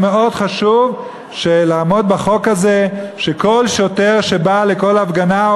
מאוד חשוב לעמוד בחוק הזה על כך שכל שוטר שבא לכל הפגנה,